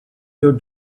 your